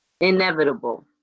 inevitable